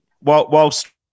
whilst